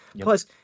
Plus